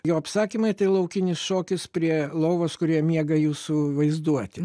jo apsakymai tai laukinis šokis prie lovos kurioje miega jūsų vaizduotė